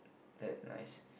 that nice